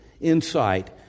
insight